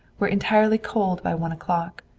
were entirely cold by one o'clock,